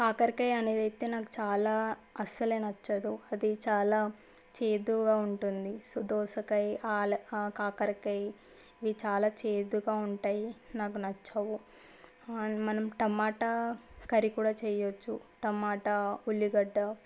కాకరకాయ అనేది అయితే నాకు చాలా అసలే నచ్చదు అది చాలా చేదుగా ఉంటుంది సో దోసకాయ ఆలు ఆ కాకరకాయ ఇవి చాలా చేదుగా ఉంటాయి నాకు నచ్చవు అండ్ మనం టమాటా కర్రీ కూడా చేయవచ్చు టమాటా ఉల్లిగడ్డ